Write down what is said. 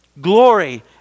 Glory